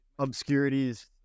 obscurities